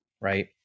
Right